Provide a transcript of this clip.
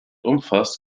umfasst